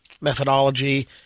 methodology